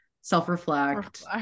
self-reflect